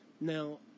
now